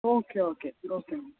okay okay okay madam